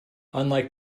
unlike